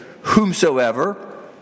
whomsoever